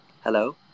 Hello